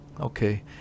Okay